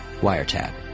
wiretap